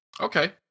Okay